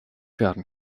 werden